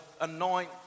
anoint